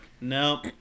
no